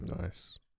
nice